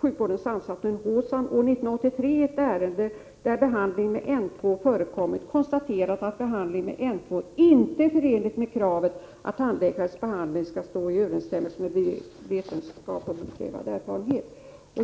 sjukvårdens ansvarsnämnd år 1983 i ett ärende där behandling med N 2 förekommit konstaterat att behandlingen inte är förenlig med kravet att tandläkarens behandling skall stå i överensstämmelse med vetenskap och beprövad erfarenhet.